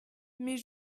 mais